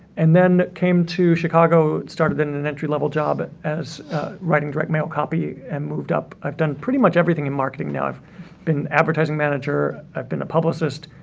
and then came to chicago, started and an entry level job as writing direct mail copy and moved up. i've done pretty much everything in marketing now. i've been advertising manager, i've been a publicist,